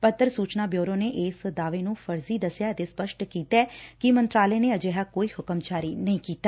ਪੱਤਰ ਸੂਚਨਾ ਬਿਊਰੋ ਨੇਂ ਇਸ ਦਾਅਵੇ ਨੂੰ ਫੋਰਜ਼ੀ ਦਸਿਐ ਅਤੇ ਸਪੱਸਟ ਕੀਤੈ ਕਿ ਮੰਤਰਾਲੇ ਨੇ ਅਜਿਹਾ ਕੋਈ ਹੁਕਮ ਜਾਰੀ ਨਹੀ ਕੀਤਾ